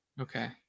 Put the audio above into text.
okay